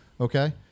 Okay